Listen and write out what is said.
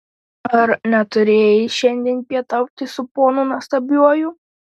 ar neturėjai šiandien pietauti su ponu nuostabiuoju